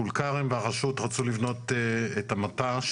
טול כרם והרשות רצו לבנות את המט"ש